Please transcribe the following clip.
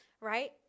right